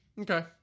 Okay